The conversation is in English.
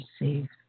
receive